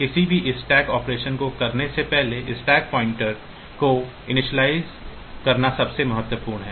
किसी भी stack operation को करने से पहले स्टैक पॉइंटर को इनिशियलाइज़ करना सबसे महत्वपूर्ण है